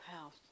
house